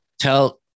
tell